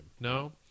No